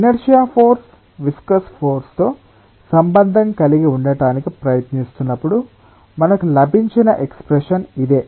inertia force viscous force తో సంబంధం కలిగి ఉండటానికి ప్రయత్నిస్తున్నప్పుడు మనకు లభించిన ఎక్స్ప్రెషన్ ఇదే